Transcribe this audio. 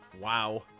Wow